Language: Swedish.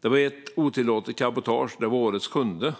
Det var ett otillåtet cabotage - årets sjunde.